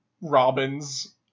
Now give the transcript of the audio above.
Robins